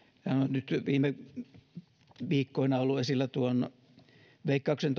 nyt viime viikkoina esillä ollut veikkauksen